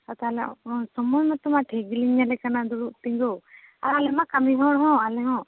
ᱟᱫᱚ ᱛᱟᱦᱞᱮ ᱥᱚᱢᱚᱭ ᱢᱚᱛᱚ ᱢᱟ ᱴᱷᱤᱠ ᱜᱮᱞᱤᱧ ᱧᱮᱞᱮ ᱠᱟᱱᱟ ᱫᱩᱲᱩᱵ ᱛᱤᱸᱜᱩ ᱟᱞᱮ ᱢᱟ ᱠᱟᱹᱢᱤ ᱦᱚᱲ ᱦᱚᱸ